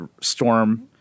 storm